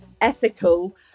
ethical